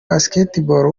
basketball